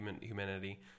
humanity